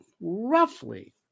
roughly